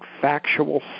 factual